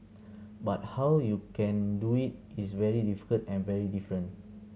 but how you can do it is very difficult and very different